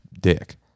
dick